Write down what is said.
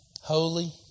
holy